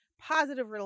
positive